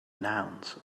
nouns